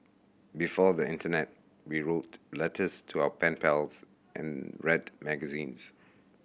before the internet we wrote letters to our pen pals and read magazines